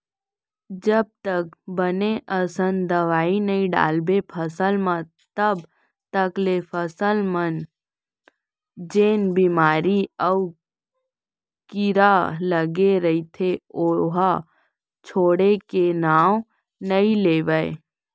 जब तक बने असन दवई नइ डालबे फसल म तब तक ले फसल म जेन बेमारी अउ कीरा लगे रइथे ओहा छोड़े के नांव नइ लेवय